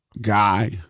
guy